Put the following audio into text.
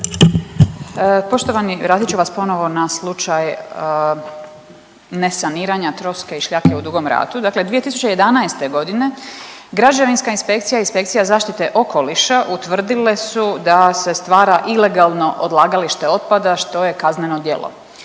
Poštovani, vratit ću vas ponovo na slučaj nesaniranja troske i šljake u Dugom Ratu, dakle 2011.g. građevinska inspekcija i inspekcija zaštite okoliša utvrdile su da se stvara ilegalno odlagalište otpada što je kazneno djelo.